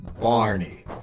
Barney